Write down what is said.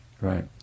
Right